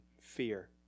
fear